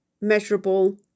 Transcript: measurable